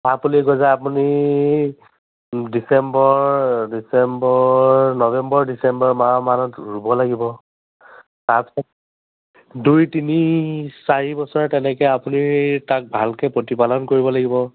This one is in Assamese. চাহ পুলি গজাই আপুনি ডিচেম্বৰ ডিচেম্বৰ নৱেম্বৰ ডিচেম্বৰ মাহ মানত ৰুব লাগিব তাৰপিছত দুই তিনি চাৰি বছৰ তেনেকৈ আপুনি তাক ভালকৈ প্ৰতিপালন কৰিব লাগিব